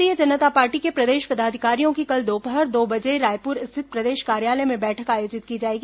भारतीय जनता पार्टी के प्रदेश पदाधिकारियों की कल दोपहर दो बजे रायपुर स्थित प्रदेश कार्यालय में बैठक आयोजित की जाएगी